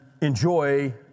enjoy